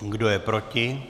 Kdo je proti?